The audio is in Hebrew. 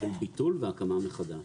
ביטול והקמה מחדש.